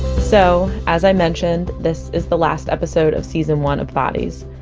so, as i mentioned, this is the last episode of season one of bodies.